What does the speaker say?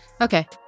Okay